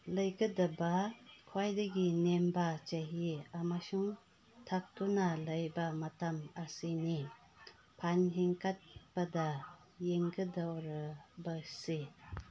ꯂꯩꯒꯗꯕ ꯈ꯭ꯋꯥꯏꯗꯒꯤ ꯅꯦꯝꯕ ꯆꯍꯤ ꯑꯃꯁꯨꯡ ꯊꯛꯇꯨꯅ ꯂꯩꯕ ꯃꯇꯝ ꯑꯁꯤꯅꯤ ꯐꯝ ꯍꯦꯟꯒꯠꯄꯗ ꯌꯦꯡꯒꯗꯧꯔꯤꯕꯁꯤ